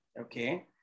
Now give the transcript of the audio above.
okay